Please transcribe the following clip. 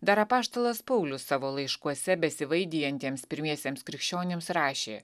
dar apaštalas paulius savo laiškuose besivaidijantiems pirmiesiems krikščionims rašė